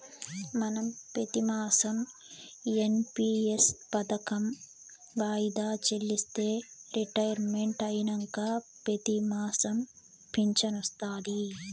మనం పెతిమాసం ఎన్.పి.ఎస్ పదకం వాయిదా చెల్లిస్తే రిటైర్మెంట్ అయినంక పెతిమాసం ఫించనొస్తాది